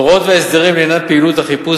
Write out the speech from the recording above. ההוראות וההסדרים לעניין פעילות החיפוש